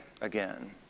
again